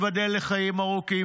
תיבדל לחיים ארוכים,